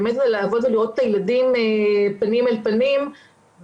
באמת לעבוד ולראות את הילדים פנים אל פנים,